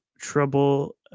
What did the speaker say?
trouble